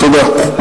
תודה.